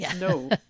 no